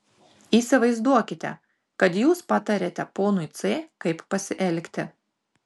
įsivaizduokite kad jūs patariate ponui c kaip pasielgti